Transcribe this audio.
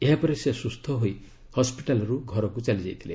ଏହାପରେ ସେ ସୁସ୍ଥ ହୋଇ ହସ୍କିଟାଲ୍ରୁ ଘରକୁ ଚାଲିଯାଇଥିଲେ